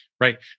Right